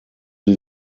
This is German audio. sie